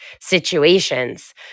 situations